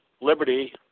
Liberty